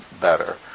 better